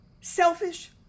selfish